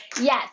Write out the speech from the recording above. Yes